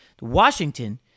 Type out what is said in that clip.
Washington